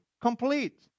complete